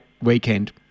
weekend